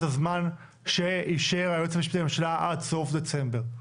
הזמן שאישר היועץ המשפטי לממשלה עד סוף דצמבר.